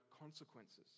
consequences